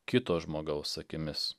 kito žmogaus akimis